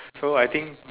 so I think